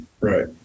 Right